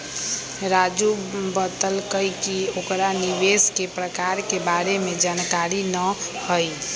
राजू बतलकई कि ओकरा निवेश के प्रकार के बारे में जानकारी न हई